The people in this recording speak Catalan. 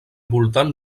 voltant